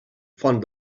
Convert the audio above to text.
font